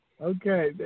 Okay